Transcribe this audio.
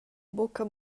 buca